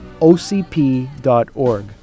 ocp.org